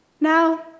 Now